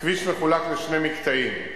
2. הכביש מחולק לשני מקטעים: